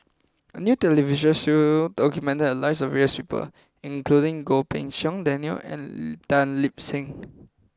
a new television show documented the lives of various people including Goh Pei Siong Daniel and Tan Lip Seng